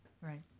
Right